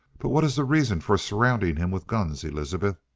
but what is the reason for surrounding him with guns, elizabeth?